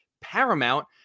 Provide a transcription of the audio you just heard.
paramount